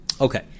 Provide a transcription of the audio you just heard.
Okay